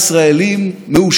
אני אחד מהתשעה.